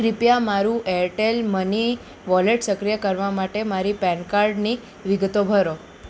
કૃપયા મારું Airtel money wallet સક્રિય કરવા માટે મારી પેન કાર્ડની વિગતો ભરો